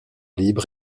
libre